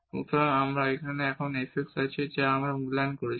সুতরাং এখানে আমাদের এখন f x আছে যা আমরা মূল্যায়ন করেছি